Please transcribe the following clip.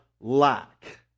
lack